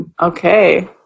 Okay